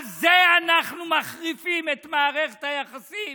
על זה אנחנו מחריפים את מערכת היחסים